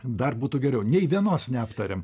dar būtų geriau nei vienos neaptarėm